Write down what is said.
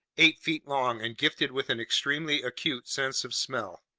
eight feet long and gifted with an extremely acute sense of smell.